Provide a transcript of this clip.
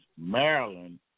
Maryland